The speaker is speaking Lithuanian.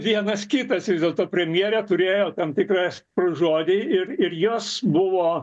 vienas kitas vis dėlto premjerė turėjo tam tikrą žodį ir ir jos buvo